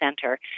center